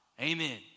Amen